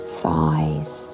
thighs